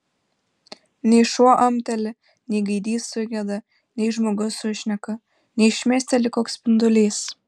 nei šuo amteli nei gaidys sugieda nei žmogus sušneka nei šmėsteli koks spindulys